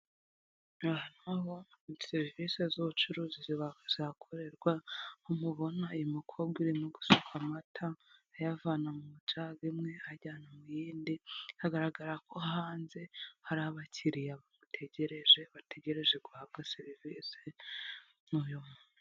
Aha na ho ni serivisi z'ubucuruzi zihakorerwa, nkuko mubibona uyu mukobwa urimo asuka amata ayavana mu ijage imwe ajyana mu yindi, hagaragara ko hanze hari abakiriya bamugutegereje, bategereje guhabwa serivisi n'uyu muntu.